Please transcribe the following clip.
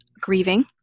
grieving